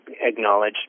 acknowledge